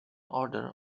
order